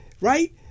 right